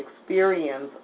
experience